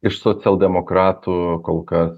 iš socialdemokratų kol kas